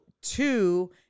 two